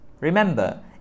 Remember